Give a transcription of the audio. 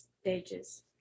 stages